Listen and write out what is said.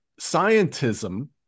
scientism